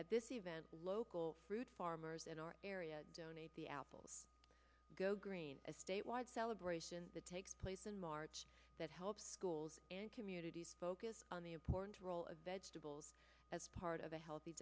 at this event local fruit farmers in our area donate the apples go green a statewide celebration that takes place in march that helps schools and communities focus on the important role of vegetables as part of a healthy